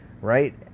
right